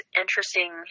interesting